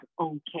okay